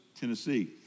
Tennessee